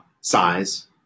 size